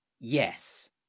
Yes